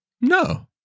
No